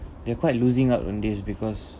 they're quite losing out on this because